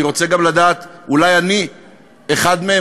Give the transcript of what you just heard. אני רוצה גם לדעת אולי אני אחד מהם,